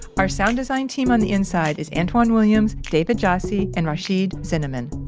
our sound design team on the inside is antwan williams, david jassy and rashid zinnemann.